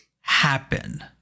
happen